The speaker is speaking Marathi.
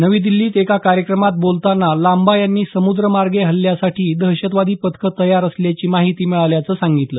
नवी दिल्लीत एका कार्यक्रमात बोलताना लांबा यांनी समुद्र मार्गे हल्ल्यासाठी दहशतवादी पथकं तयार असल्याची माहिती मिळाल्याचं सांगितलं